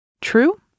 True